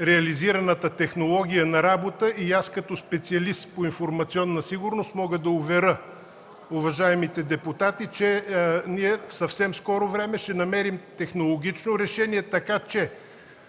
реализираната технология на работа. Като специалист по информационна сигурност мога да уверя уважаемите депутати, че в съвсем скоро време ще намерим технологично решение, така че